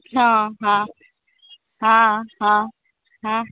हँ हँ हँ हँ हँ